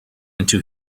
into